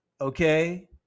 okay